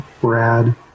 Brad